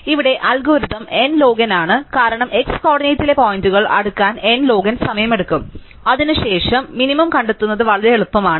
അതിനാൽ ഇവിടെ algorithm n log n ആണ് കാരണം x കോർഡിനേറ്റിലെ പോയിന്റുകൾ അടുക്കാൻ n ലോഗ് n സമയമെടുക്കും അതിനുശേഷം മിനിമം കണ്ടെത്തുന്നത് വളരെ എളുപ്പമാണ്